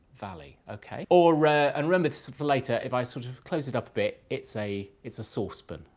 valley, ok? or and remember this for later, if i sort of close it up a bit, it's a it's a sauce spoon,